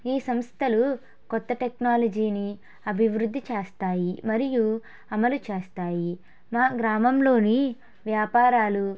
ఈ సంస్థలు కొత్త టెక్నాలజీని అభివృద్ధి చేస్తాయి మరియు అమలు చేస్తాయి మా గ్రామంలోని ఈ వ్యాపారాలు